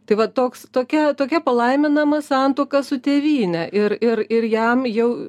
tai va toks tokia tokia palaiminama santuoka su tėvyne ir ir ir jam jau